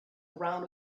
ground